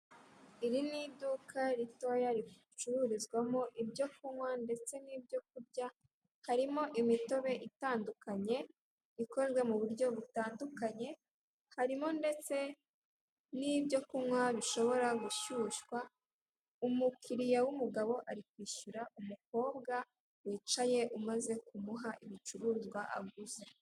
Iri n'iduka ritoya ricururizwamo ibyo kunywa ndetse nibyo kurya, harimo imitobe itandukanye, ikozwe mu buryo butandukanye, harimo ndetse nibyo kunywa bishobora gushyushywa. Umukiriya w'umugabo ari kwishyura umukobwa wicaye umaze kumuha ibicuruzwa aguze.